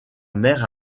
mère